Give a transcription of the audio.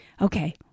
Okay